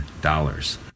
dollars